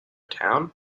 town